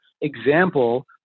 example